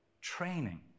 training